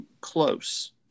close